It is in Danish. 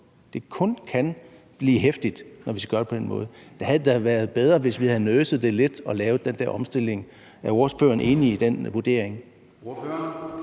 det kun kan blive heftigt, når vi skal gøre det på den måde. Der havde det da været bedre, hvis vi havde nurset det lidt og lavet den der omstilling. Er ordføreren enig i den vurdering?